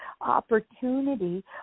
opportunity